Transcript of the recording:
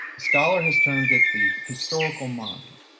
scholar has turned at the historical mind,